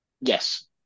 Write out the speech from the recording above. Yes